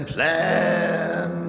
Plan